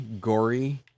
gory